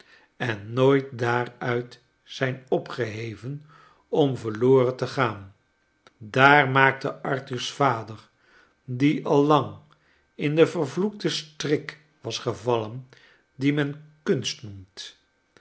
en inooit daaruit zijn opgeheven om verloren te gaan daar maakte arthur's vader die al lang in den vervloekten strik was gevallen dien men kunst noemt